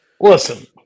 listen